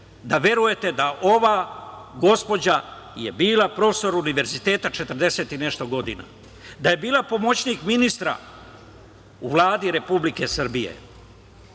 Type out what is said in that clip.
da verujete da ova gospođa je bila profesor univerziteta četrdeset i nešto godina. Da je bila pomoćnik ministra u Vladi Republike Srbije.